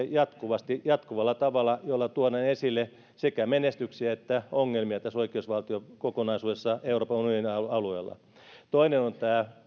jatkuvasti jatkuvalla tavalla jolla tuodaan esille sekä menestyksiä että ongelmia tässä oikeusvaltiokokonaisuudessa euroopan unionin alueella toinen on